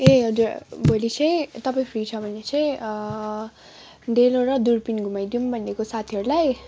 ए हजुर भोलि चाहिँ तपाईँ फ्री छ भने चाहिँ डेलो र दुर्पिन घुमाइदिऊँ भनेको साथीहरूलाई